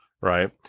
right